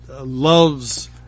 loves